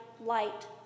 light